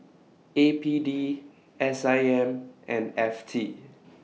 A P D S I M and F T